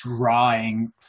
drawing